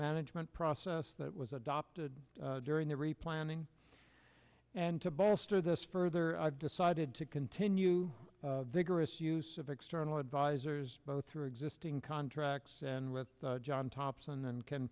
management process that was adopted during the replanning and to bolster this further i've decided to continue vigorous use of external advisors both through existing contracts and with john thompson and can